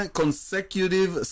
consecutive